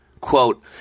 Quote